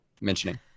mentioning